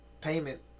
payment